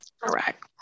Correct